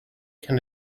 can